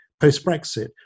post-Brexit